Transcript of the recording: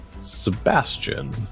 Sebastian